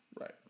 Right